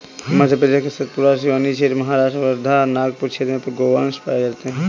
मध्य प्रदेश के सतपुड़ा, सिवनी क्षेत्र, महाराष्ट्र वर्धा, नागपुर क्षेत्र में गोवंश पाये जाते हैं